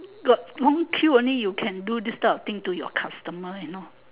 got long queue only you can do this type of thing to your customer you know